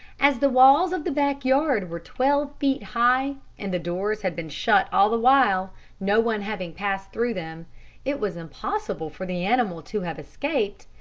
as the walls of the back yard were twelve feet high, and the doors had been shut all the while no one having passed through them it was impossible for the animal to have escaped,